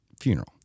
Funeral